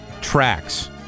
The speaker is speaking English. tracks